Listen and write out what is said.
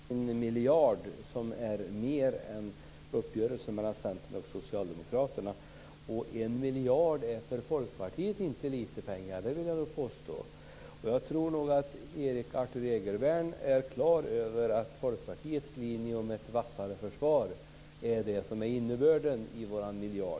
Fru talman! Erik Arthur Egervärn frågar vad Folkpartiet vill ta sig till med den miljard vi har utöver vad som finns i uppgörelsen mellan Centern och Socialdemokraterna. 1 miljard är inte lite pengar för Folkpartiet, det vill jag nog påstå. Jag tror nog att Erik Arthur Egervärn är klar över att det är Folkpartiets linje om ett vassare försvar som är innebörden i vår miljard.